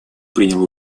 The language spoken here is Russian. приняла